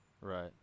Right